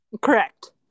Correct